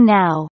now